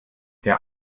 der